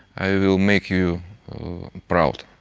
i will make you proud